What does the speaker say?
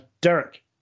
Derek